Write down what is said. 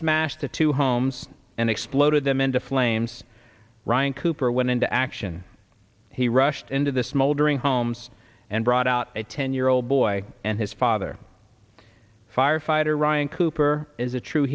smashed the two homes and exploded them into flames ryan cooper went into action he rushed into the smoldering homes and brought out a ten year old boy and his father firefighter ryan cooper is a true